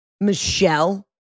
Michelle